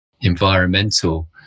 environmental